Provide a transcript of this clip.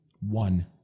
One